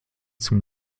zum